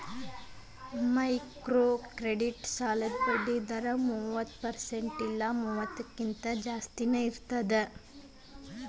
microcredit ಸಾಲದ್ ಬಡ್ಡಿ ದರ ಮೂವತ್ತ ಪರ್ಸೆಂಟ್ ಇಲ್ಲಾ ಮೂವತ್ತಕ್ಕಿಂತ ಜಾಸ್ತಿನಾ ಇರ್ತದ